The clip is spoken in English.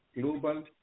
global